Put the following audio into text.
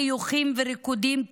חיוכים וריקודים,